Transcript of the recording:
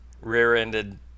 rear-ended